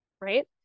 right